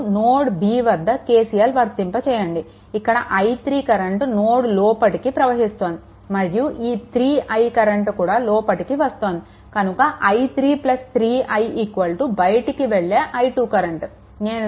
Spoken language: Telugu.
ఇప్పుడు నోడ్ B వద్ద KCL వర్తింప చేయండి ఇక్కడ i3 కరెంట్ నోడ్ లోపలికి ప్రవహిస్తోంది మరియు ఈ 3I కరెంట్ కూడా లోపలికి వస్తోంది కనుక i3 3I బయటికి వెళ్ళే i2 కరెంట్